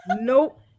Nope